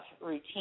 routine